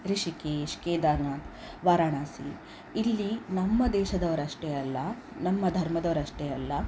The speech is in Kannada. ರಿಷಿಕೇಶ್ ಕೇದಾರನಾಥ್ ವಾರಣಾಸಿ ಇಲ್ಲಿ ನಮ್ಮ ದೇಶದವ್ರು ಅಷ್ಟೇ ಅಲ್ಲ ನಮ್ಮ ಧರ್ಮದವ್ರು ಅಷ್ಟೇ ಅಲ್ಲ